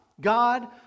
God